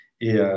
Et